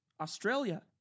Australia